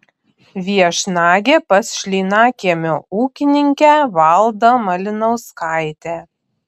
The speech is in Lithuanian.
viešnagė pas šlynakiemio ūkininkę valdą malinauskaitę